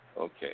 Okay